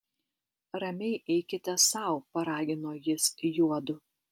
ramiai eikite sau paragino jis juodu